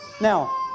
Now